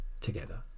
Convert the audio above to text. together